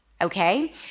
okay